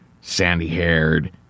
sandy-haired